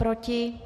Proti?